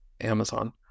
amazon